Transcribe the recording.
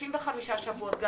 35 שבועות.